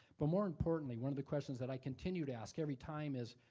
but more importantly, one of the questions that i continue to ask every time is,